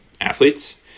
athletes